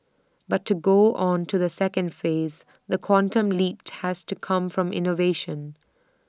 but to go on to the second phase the quantum leap has to come from innovation